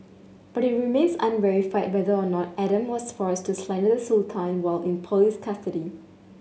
but it remains unverified whether or not Adam was forced to slander the Sultan while in police custody